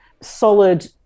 solid